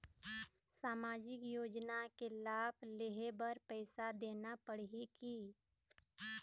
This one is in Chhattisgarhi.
सामाजिक योजना के लाभ लेहे बर पैसा देना पड़ही की?